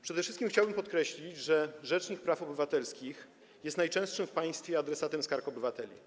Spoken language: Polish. Przede wszystkim chciałbym podkreślić, że rzecznik praw obywatelskich jest najczęstszym w państwie adresatem skarg obywateli.